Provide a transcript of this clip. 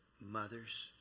mothers